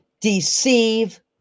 deceive